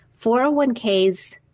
401ks